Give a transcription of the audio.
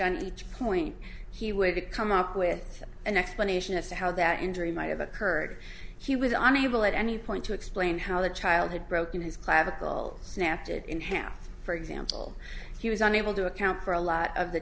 on each point he would come up with an explanation as to how that injury might have occurred he was unable at any point to explain how the child had broken his clavicle snapped it in half for example he was unable to account for a lot of the